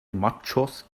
machos